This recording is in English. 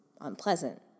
unpleasant